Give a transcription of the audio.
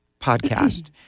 podcast